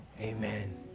Amen